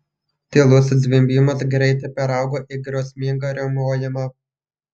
tylus zvimbimas greitai peraugo į griausmingą riaumojimą